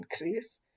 increase